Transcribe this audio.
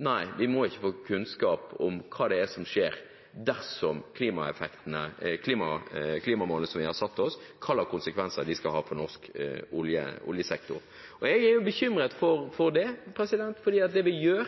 nei, vi må ikke få kunnskap om hva det er som skjer med klimamålet som vi har satt oss, og hva slags konsekvenser det skal ha for norsk oljesektor. Jeg er bekymret for det. For det vi gjør, er å utlyse en rekke nye oljetildelinger. Det vi gjør